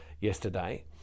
yesterday